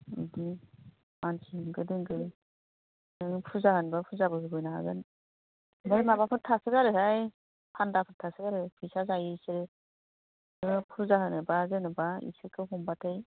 बायदि मानसि होंगो दोंगो नों फुजा होनोबा फुजाबो होबोनो हागोन आमफाय माबाफोर थासो गारोहाय फान्दाफोर थासो गारो फैसा जायो बिसोरो नोङो फुजा होनोबा जेनोबा एसोरखौ हमबाथाय